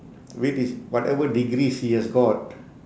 with his whatever degrees he has got